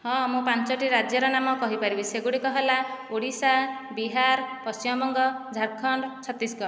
ହଁ ମୁଁ ପାଞ୍ଚୋଟି ରାଜ୍ୟର ନାମ କହିପାରିବି ସେଗୁଡ଼ିକ ହେଲା ଓଡ଼ିଶା ବିହାର ପଶ୍ଚିମବଙ୍ଗ ଝାଡ଼ଖଣ୍ଡ ଛତିଶଗଡ଼